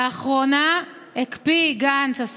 לאחרונה הקפיא גנץ,